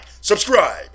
subscribe